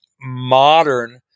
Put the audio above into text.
modern